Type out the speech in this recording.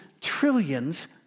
trillions